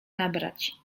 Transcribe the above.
nabrać